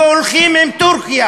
מיליון לטרוריסטים.